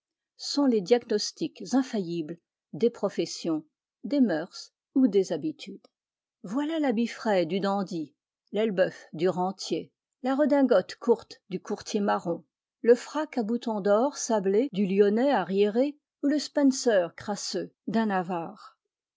sont les diagnostics infaillibles des professions des mœurs ou des habitudes voilà l'habit frais du dandy l'elbeuf du rentier la redingote courte du courtier marron frac à boutons d'or sablé du lyonnais arriéré ou le spencer crasseux d'un avare